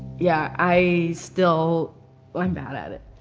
yeah, i still, i'm bad at it.